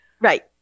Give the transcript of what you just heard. Right